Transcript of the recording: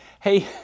Hey